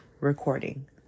recording